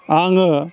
आङो